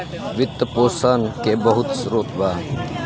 वित्त पोषण के बहुते स्रोत बा